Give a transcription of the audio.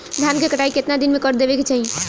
धान क कटाई केतना दिन में कर देवें कि चाही?